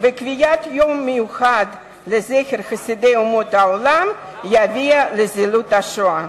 וקביעת יום מיוחד לזכר חסידי אומות העולם יביאו לזילות השואה.